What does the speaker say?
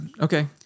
Okay